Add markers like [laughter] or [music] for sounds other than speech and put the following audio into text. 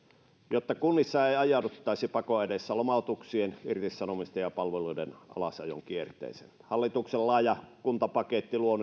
jotta kunnissa ei ajauduttaisi pakon edessä lomautuksien irtisanomisten ja palveluiden alasajon kierteeseen hallituksen laaja kuntapaketti luo [unintelligible]